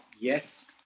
Yes